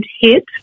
hit